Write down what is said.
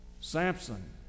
Samson